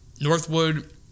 Northwood